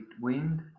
wind